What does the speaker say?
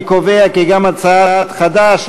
אני קובע כי גם הצעת חד"ש,